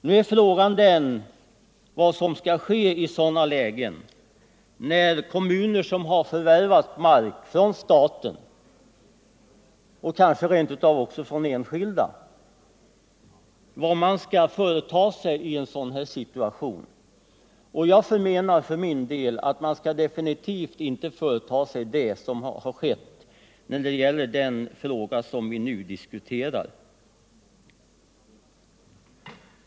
Nu är frågan vad kommuner som har förvärvat mark från staten och kanske rent av också från enskilda skall företa sig i en sådan här situation. Jag menar för min del att man skall definitivt inte göra som man gjort när det gäller den fråga vi nu diskuterar.